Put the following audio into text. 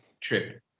trip